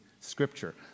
scripture